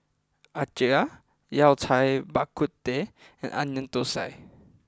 Acar Yao Cai Bak Kut Teh and Onion Thosai